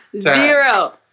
zero